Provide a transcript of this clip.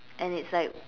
and it's like